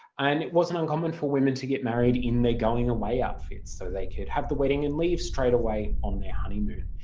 and it wasn't uncommon for women to get married in their going away outfits so they could have the wedding and leave straight away on their honeymoon.